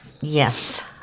Yes